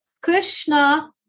Krishna